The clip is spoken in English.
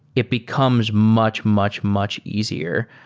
it becomes much, much, much easier.